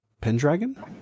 Pendragon